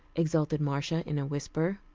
exulted marcia in a whisper.